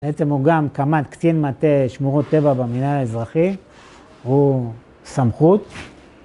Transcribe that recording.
בעצם הוא גם קמ״ט, קצין מטה שמורות טבע במנהל האזרחי, הוא סמכות